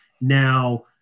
Now